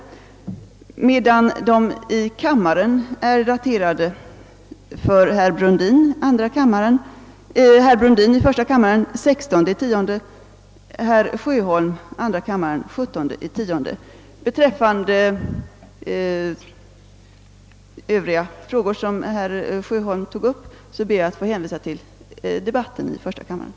I respektive kamrar är emellertid herr Brundins interpellation i första kammaren daterad den 16 oktober, och herr Sjöholms enkla fråga i andra kammaren den 17 oktober. Beträffande övriga spörsmål som herr Sjöholm tog upp ber jag att få hänvisa till interpellationsdebatten i första kammaren.